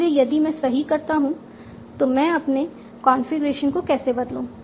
इसलिए यदि मैं सही करता हूं तो मैं अपने कॉन्फ़िगरेशन को कैसे बदलू